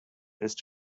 ist